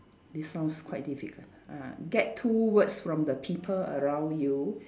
this sounds quite difficult ah get two words from the people around you